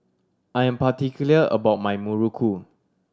I am particular about my Muruku